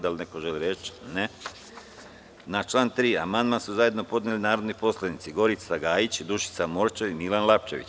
Da li neko želi reč? (Ne) Na član 3. amandman su zajedno podneli narodni poslanici Gorica Gajić, Dušica Morčev i Milan Lapčević.